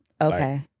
Okay